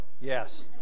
yes